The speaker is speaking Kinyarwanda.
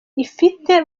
ifite